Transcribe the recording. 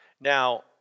Now